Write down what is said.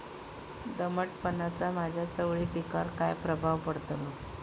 दमटपणाचा माझ्या चवळी पिकावर काय प्रभाव पडतलो?